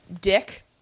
dick